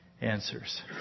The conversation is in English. answers